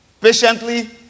Patiently